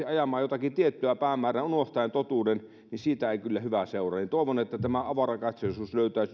ajamaan jotakin tiettyä päämäärää unohtaen totuuden niin siitä ei kyllä hyvää seuraa toivon että tämä avarakatseisuus